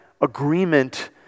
agreement